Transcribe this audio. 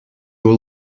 will